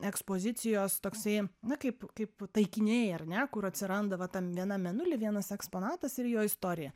ekspozicijos toksai na kaip kaip taikiniai ar ne kur atsiranda va tam vienam mėnuly vienas eksponatas ir jo istorija